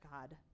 God